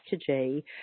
strategy